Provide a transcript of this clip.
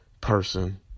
person